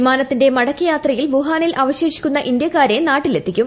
വിമാനത്തിരിൽ മടക്കയാത്രയിൽ വുഹാനിൽ അവശേഷിക്കുന്ന ഇന്ത്യക്കാരെ നാട്ടിലെത്തി്ക്കും